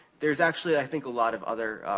there's actually, i think, a lot of other